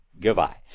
goodbye